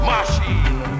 Machine